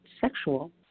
sexual